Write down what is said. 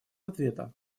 ответа